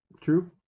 True